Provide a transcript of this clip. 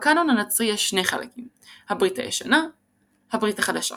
בקאנון הנוצרי יש שני חלקים הברית הישנה הברית החדשה